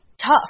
tough